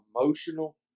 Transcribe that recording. emotional